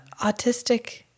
autistic